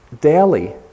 daily